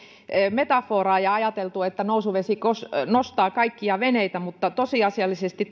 metaforaa ja ajateltu että nousuvesi nostaa kaikkia veneitä mutta tosiasiallisesti